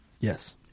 Yes